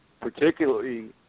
particularly